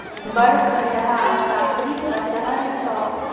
बड़ खटहा साफरी कटहड़ छौ